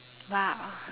!wow!